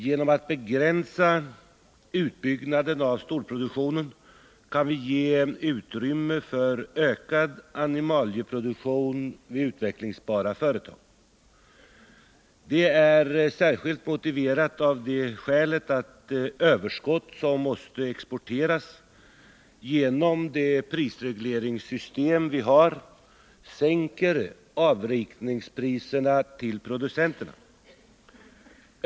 Genom att begränsa utbyggnaden av storproduktionen kan vi ge utrymme för ökad animalieproduktion vid utvecklingsbara företag. Det är särskilt motiverat av det skälet att det överskott som måste exporteras genom det prisregleringssystem som vi har sänker avräkningspriserna till producenterna.